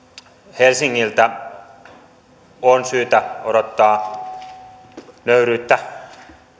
helsingiltä on syytä odottaa nöyryyttä